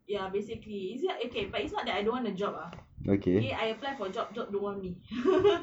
ya basically is it okay it's not that I don't want a job ah okay I apply for job job don't want me